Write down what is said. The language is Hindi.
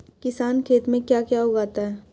किसान खेत में क्या क्या उगाता है?